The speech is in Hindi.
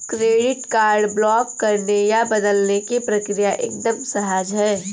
क्रेडिट कार्ड ब्लॉक करने या बदलने की प्रक्रिया एकदम सहज है